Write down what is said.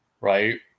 Right